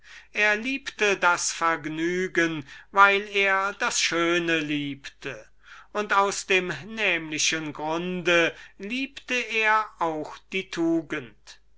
er liebte das vergnügen weil er das schöne liebte und aus eben diesem grunde liebte er auch die tugend